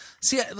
See